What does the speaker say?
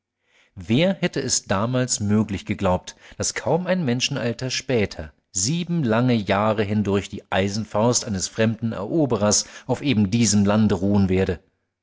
wer hätte es damals möglich geglaubt daß kaum ein menschenalter später sieben lange jahre hindurch die eisenfaust eines fremden eroberers auf eben diesem lande ruhen werde